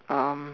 um